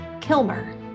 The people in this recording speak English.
Kilmer